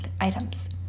items